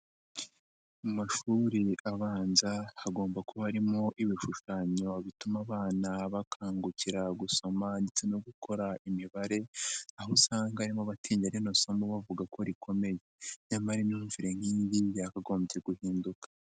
Mu mashuri abanza hagomba kuba harimo ibishushanyo bituma abana bakangukira gusoma ndetse no gukora imibare, aho usanga harimo abatinya rino somo bavuga ko rikomeye, nyamara imyumvire nk'iyi ngiyi yakagombye guhinduka.